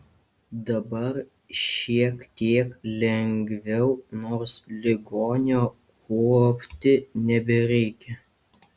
dabar šiek tiek lengviau nors ligonio kuopti nebereikia